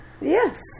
Yes